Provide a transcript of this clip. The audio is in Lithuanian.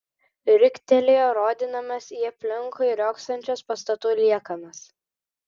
riktelėjo rodydamas į aplinkui riogsančias pastatų liekanas